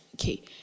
okay